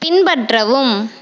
பின்பற்றவும்